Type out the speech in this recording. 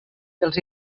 dels